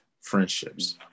friendships